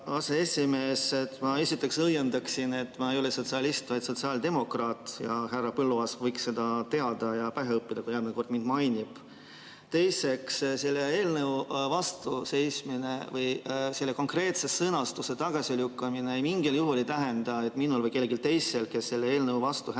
Ma esiteks õiendaksin, et ma ei ole sotsialist, vaid sotsiaaldemokraat. Härra Põlluaas võiks selle pähe õppida ja seda teada, kui ta järgmine kord mind mainib. Teiseks, selle eelnõu vastu seismine või selle konkreetse sõnastuse tagasilükkamine mingil juhul ei tähenda, et minul või kellelgi teisel, kes selle eelnõu vastu